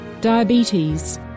Diabetes